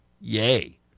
Yay